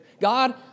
God